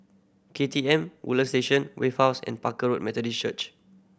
K T M Woodland Station Wave House and Barker Road Methodist Church